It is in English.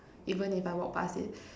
even if I walk past it